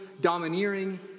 domineering